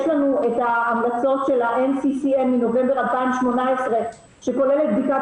יש לנו את ההמלצות של ה-NCCN מנובמבר 2018 שכוללת בדיקת